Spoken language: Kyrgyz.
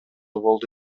болду